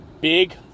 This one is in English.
big